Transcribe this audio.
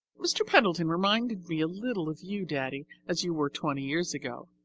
mr. pendleton reminded me a little of you, daddy, as you were twenty years ago.